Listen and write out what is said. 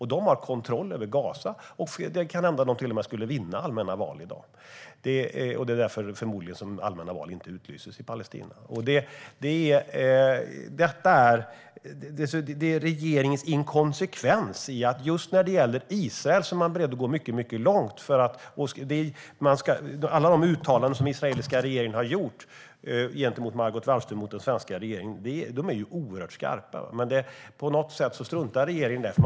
Hamas har kontroll över Gaza, och det kan hända att de till och med skulle vinna allmänna val i dag. Det är förmodligen därför allmänna val inte utlyses i Palestina. Regeringen är inkonsekvent. Just när det gäller Israel är man beredd att gå mycket långt. Alla de uttalanden som den israeliska regeringen har gjort gentemot Margot Wallström och den svenska regeringen är oerhört skarpa. Men på något sätt struntar den svenska regeringen i det.